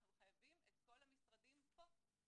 אנחנו חייבים את כל המשרדים פה איתנו.